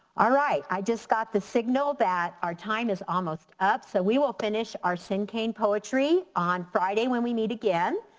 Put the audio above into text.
right i just got the signal that our time is almost up. so we will finish our so cinquain poetry on friday when we meet again.